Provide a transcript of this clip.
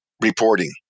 reporting